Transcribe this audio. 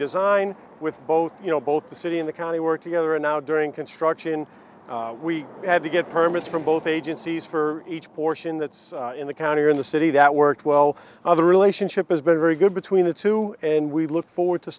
design with both you know both the city in the county work together and now during construction we had to get permits from both agencies for each portion that's in the county or in the city that work well all the relationship has been very good between the two and we look forward to